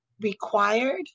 required